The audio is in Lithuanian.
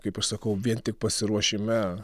kaip aš sakau vien tik pasiruošime